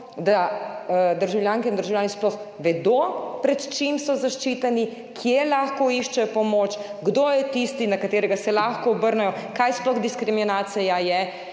da državljanke in državljani sploh vedo, pred čim so zaščiteni, kje lahko iščejo pomoč, kdo je tisti, na katerega se lahko obrnejo, kaj sploh je diskriminacija.